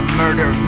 murder